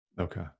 Okay